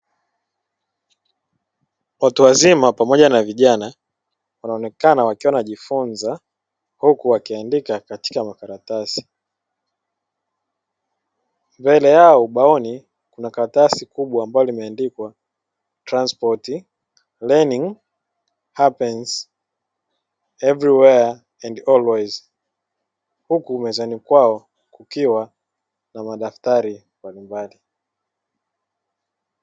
Watu wazima pamoja na vijana wanaonekana wakiwa wamejifunza huku akiandika katika na karatasi. Mbele yao mbao na karatasi kubwa ambayo imeandikwa "Transport Planning Happens Everywhere and Always". Huku wamezani kwao kikiwa na madaftari.